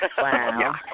Wow